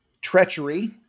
treachery